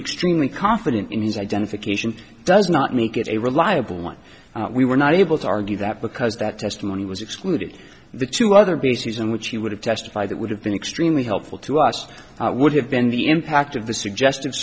extremely confident in his identification does not make it a reliable one we were not able to argue that because that testimony was excluded the two other bases in which he would have testified that would have been extremely helpful to us would have been the impact of the suggest